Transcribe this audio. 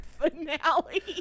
finale